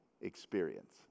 experience